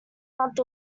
month